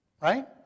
right